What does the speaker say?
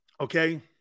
Okay